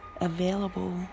available